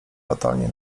fatalnie